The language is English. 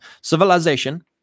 Civilization